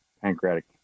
pancreatic